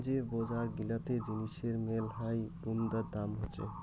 যে বজার গিলাতে জিনিসের মেলহাই বুন্দা দাম হসে